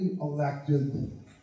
elected